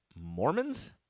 Mormons